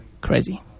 crazy